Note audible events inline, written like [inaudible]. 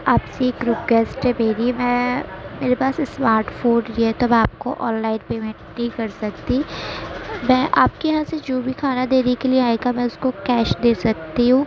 آپ [unintelligible] بھیجیے میں میرے پاس اسمارٹ فون یہ تو میں آپ کو آن لائن پیمنٹ نہیں کر سکتی میں آپ کے یہاں سے جو بھی کھانا دینے کے لیے آئے گا میں اس کو کیش دے سکتی ہوں